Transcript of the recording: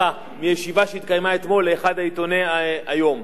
מישיבה שהתקיימה אתמול לאחד מעיתוני היום.